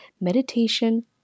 meditation